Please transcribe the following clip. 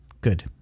Good